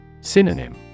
Synonym